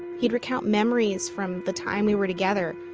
he'd recount memories from the time we were together,